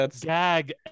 gag